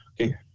Okay